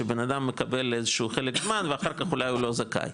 שבאדם מקבל איזשהו חלק זמן ואחר כך אולי הוא לא זכאי.